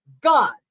God